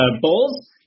Bulls